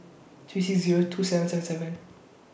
three six Zero three two seven seven seven